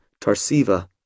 Tarsiva